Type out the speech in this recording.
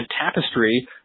tapestry